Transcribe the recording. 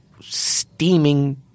steaming